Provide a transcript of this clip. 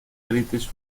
heritage